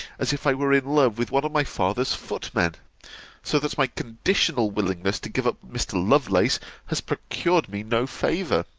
as if i were in love with one of my father's footmen so that my conditional willingness to give up mr. lovelace has procured me no favour.